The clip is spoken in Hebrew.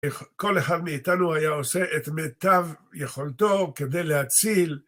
כל אחד מאיתנו היה עושה את מיטב יכולתו כדי להציל.